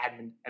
admin